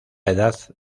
edad